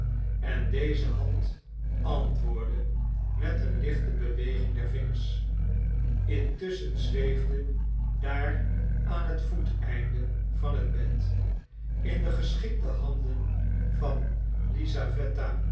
en deze hand antwoordde met een lichte beweging der vingers intusschen zweefde daar aan het voeteneinde van het bed in de geschikte handen van